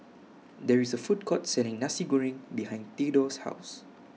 There IS A Food Court Selling Nasi Goreng behind Theodore's House